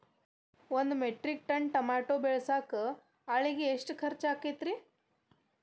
ಒಂದು metric ton tomato ಬೆಳಸಾಕ್ ಆಳಿಗೆ ಎಷ್ಟು ಖರ್ಚ್ ಆಕ್ಕೇತ್ರಿ?